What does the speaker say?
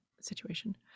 situation